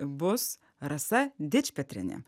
bus rasa dičpetrienė